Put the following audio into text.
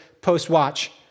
post-watch